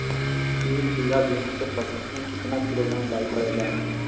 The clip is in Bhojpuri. तीन बिघा गेहूँ के फसल मे कितना किलोग्राम डाई पड़ेला?